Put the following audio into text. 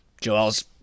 Joel's